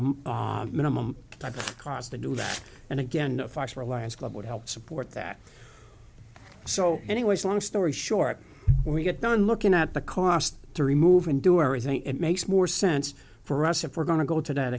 t a minimum cost to do that and again reliance club would help support that so anyways long story short when we get done looking at the cost to remove and do everything it makes more sense for us if we're going to go to that